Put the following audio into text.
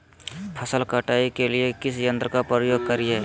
फसल कटाई के लिए किस यंत्र का प्रयोग करिये?